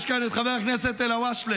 יש כאן את חבר הכנסת אלהואשלה,